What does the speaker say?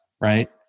right